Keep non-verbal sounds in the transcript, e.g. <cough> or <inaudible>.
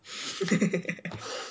<laughs>